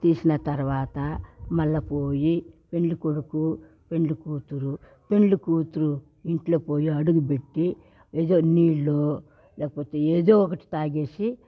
తీసిన తర్వాత మళ్ళా పోయి పెండ్లికొడుకు పెండ్లికూతురు పెండ్లికూతురు ఇంట్లో పోయి అడుగుపెట్టి ఏదో నీళ్లో లేకపోతే ఏదో ఒకటి తాగేసి